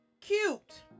cute